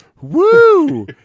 Woo